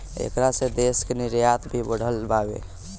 ऐकरा से देश के निर्यात भी बढ़ल बावे